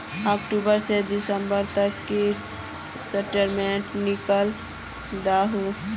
अक्टूबर से दिसंबर तक की स्टेटमेंट निकल दाहू?